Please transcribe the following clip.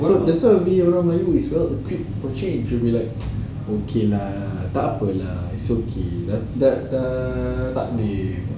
that's why we are quick to change will be like okay lah takpe lah it's okay dah dah takdir